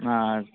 আর